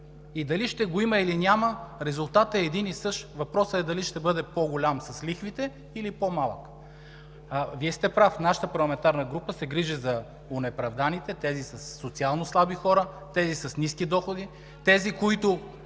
Дали ще го има, или няма – резултатът е един и същ. Въпросът е дали ще бъде по-голям с лихвите или по-малък. Вие сте прав – нашата парламентарна група се грижи за онеправданите, тези социално слаби хора, тези с ниски доходи (шум и